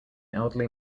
elderly